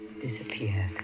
disappeared